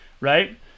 right